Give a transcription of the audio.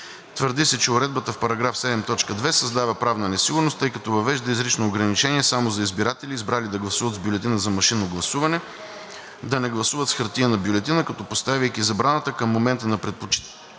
Твърди се, че уредбата в § 7, т. 2 създава правна несигурност, тъй като въвежда изрично ограничение само за избиратели, избрали да гласуват с „бюлетина за машинно гласуване“, да не гласуват с хартиена бюлетина, като поставяйки забраната към момента на предпочитането